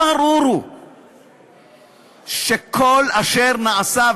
ברור הוא שכל אשר נעשה,